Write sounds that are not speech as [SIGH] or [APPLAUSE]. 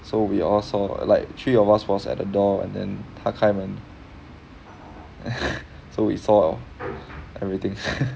so we all saw like three of us was at the door and then 他开门 [LAUGHS] so we saw everything [LAUGHS]